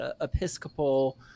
Episcopal